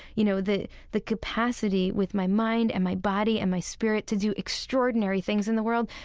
you know, the the capacity with my mind and my body and my spirit to do extraordinary things in the world.